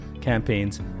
campaigns